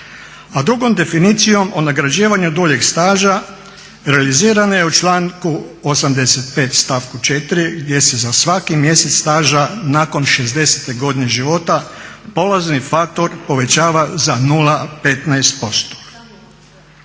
A drugom definicijom o nagrađivanju dugogodišnjeg staža realizirana je u članku 85.stavku 4.gdje se za svaki mjesec staža nakon 60 godine života polazni faktor povećava za 0,15%.